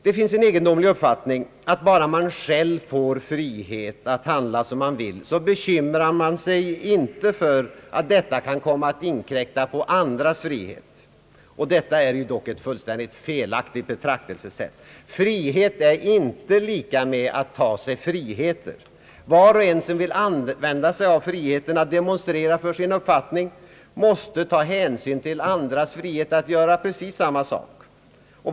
Det finns en egendomlig uppfattning som går ut på att bara man själv får frihet att handla som man vill så bekymrar man sig inte för att detta kan komma att inkräkta på andras frihet. Detta är dock ett fullständigt felaktigt betraktelsesätt. Frihet är inte lika med att ta sig friheter. Var och en som vill använda sin frihet att demonstrera för sin uppfattning måste ta hänsyn till andras frihet att göra precis samma sak.